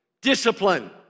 discipline